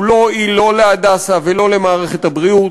שלא הועיל לא ל"הדסה" ולא למערכת הבריאות.